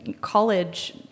college